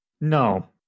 No